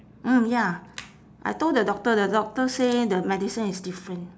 mm ya I told the doctor the doctor say the medicine is different